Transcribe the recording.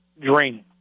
draining